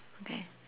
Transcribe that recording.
okay